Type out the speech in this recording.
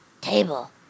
Table